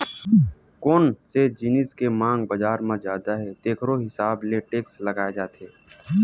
कोन से जिनिस के मांग बजार म जादा हे तेखरो हिसाब ले टेक्स लगाए जाथे